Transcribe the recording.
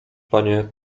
panie